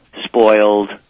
spoiled